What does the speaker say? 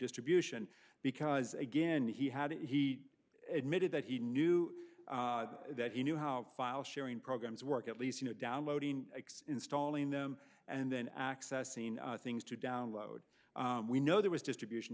distribution because again he hadn't he admitted that he knew that he knew how file sharing programs work at least you know downloading installing them and then accessing things to download we know there was distribution